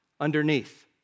underneath